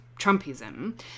Trumpism